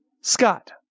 Scott